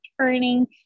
turning